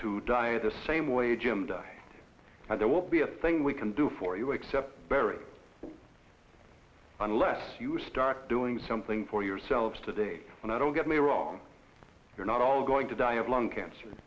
to die of the same way jim die and there will be a thing we can do for you except barry unless you start doing something for yourselves today and i don't get me wrong you're not all going to die of lung cancer